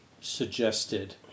suggested